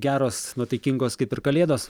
geros nuotaikingos kaip ir kalėdos